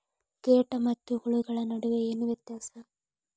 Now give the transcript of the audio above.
ಕೇಟ ಮತ್ತು ಹುಳುಗಳ ನಡುವೆ ಏನ್ ವ್ಯತ್ಯಾಸ?